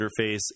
interface